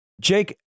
Jake